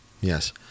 Yes